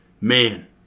man